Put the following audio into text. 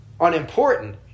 unimportant